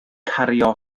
cario